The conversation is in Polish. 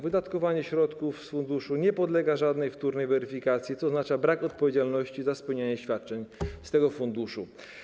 Wydatkowanie środków z funduszu nie podlega żadnej wtórnej weryfikacji, co oznacza brak odpowiedzialności za spełnienie świadczeń z tego funduszu.